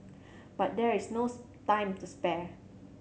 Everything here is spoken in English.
but there is no time to spare